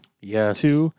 Yes